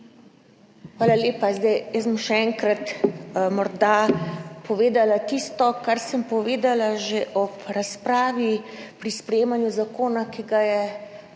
Hvala lepa. Zdaj jaz bom še enkrat morda povedala tisto kar sem povedala že ob razpravi pri sprejemanju zakona, ki ga je